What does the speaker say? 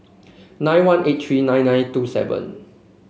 nine one eight three nine nine two seven